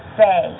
say